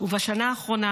ובשנה האחרונה,